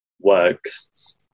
works